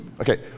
okay